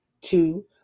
Two